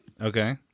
Okay